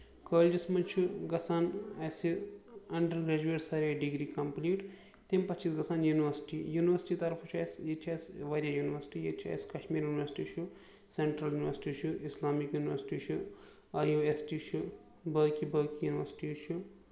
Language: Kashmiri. کالجَس منٛز چھُ گژھان اَسہِ انڈر گریجویٹ سارے ڈگری کَمپٕلیٖٹ تِم پَتہٕ چھِ أسۍ گژھان یونیورسٹی یونیورسٹی طرفہٕ چھُ اَسہِ ییٚتہِ چھِ اَسہِ واریاہ یونیورسٹی ییٚتہِ چھُ اَسہِ کَشمیٖر یونیورسٹی چھُ سینٹرل یونیورسٹی چھُ اسلامِک یونیورسٹی چھُ آیی یو ایس ٹی چھُ باقٕے باقٕے یونیورسٹیز چھُ